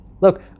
Look